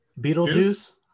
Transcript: Beetlejuice